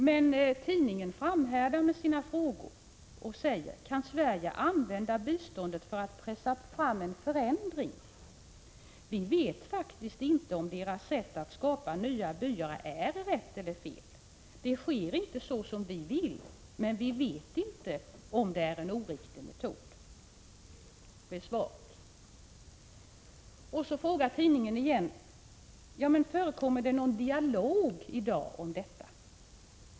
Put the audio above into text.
Men tidningen framhärdar med sina frågor och undrar: ”Kan Sverige använda biståndet för att pressa fram en förändring?” Svaret blir: ”Vi vet faktiskt inte om deras sätt att skapa nya byar är rätt eller fel. Det sker inte så som vi vill. Men vi vet inte om det är en oriktig metod.” Så frågar tidningen om det i dag förekommer någon dialog om detta.